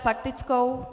S faktickou.